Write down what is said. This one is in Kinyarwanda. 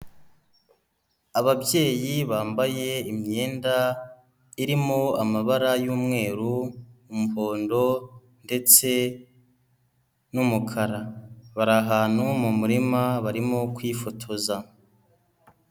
ababyeyi bambaye imyenda irimo amabara yu'mweru umuhondo ndetse n'umukara. Bari ahantu mu murima barimo kwifotoza.